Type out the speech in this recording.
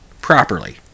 properly